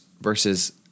versus